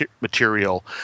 material